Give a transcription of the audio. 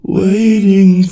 waiting